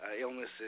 illnesses